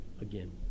again